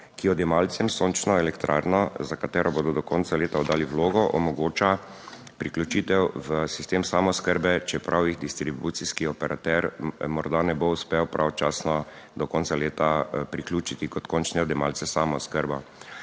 ki odjemalcem sončno elektrarno, za katero bodo do konca leta oddali vlogo, omogoča priključitev v sistem samooskrbe, čeprav jih distribucijski operater morda ne bo uspel pravočasno do konca leta priključiti kot končni odjemalec samooskrbo.